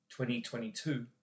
2022